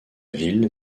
ville